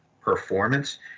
performance